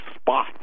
spot